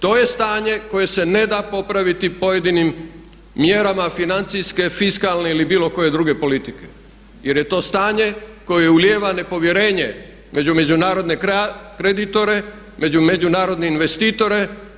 To je stanje koje se ne da popraviti pojedinim mjerama financijske fiskalne ili bilo koje druge politike jer je to stanje koje ulijeva nepovjerenje među međunarodne kreditore, među međunarodne investitore.